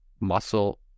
muscle